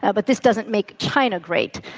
ah but this doesn't make china great.